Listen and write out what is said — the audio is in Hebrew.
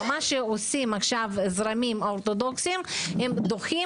מה שעושים עכשיו הזרמים האורתודוקסיים הם דוחים